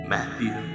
Matthew